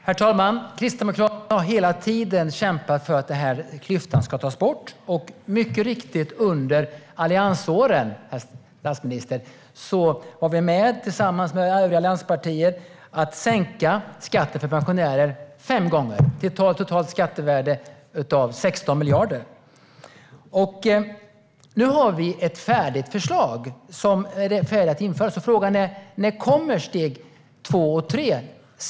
Herr talman! Kristdemokraterna har hela tiden kämpat för att den här klyftan ska tas bort, och mycket riktigt, statsministern, var vi tillsammans med övriga allianspartier med om att sänka skatten för pensionärer fem gånger till ett totalt skattevärde av 16 miljarder. Nu har vi ett förslag som är färdigt att införas, och frågan är: När kommer steg två och tre?